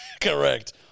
correct